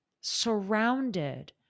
surrounded